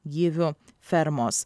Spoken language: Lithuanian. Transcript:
gyvių fermos